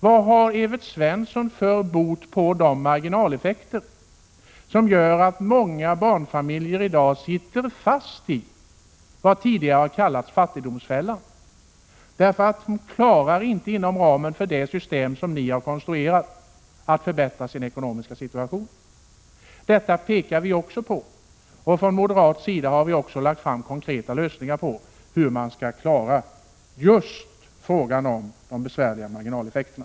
Vad har Evert Svensson för bot mot de marginaleffekter som gör att många barnfamiljer i dag sitter fast i det som tidigare har kallats fattigdomsfällan? De klarar inte att inom ramen för det system som ni har konstruerat förbättra sin ekonomiska situation. Detta pekar vi också på. Från moderat sida har vi även lagt fram förslag till konkreta lösningar på hur man skall klara just frågan om de besvärliga marginaleffekterna.